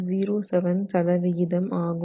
07 ஆகும்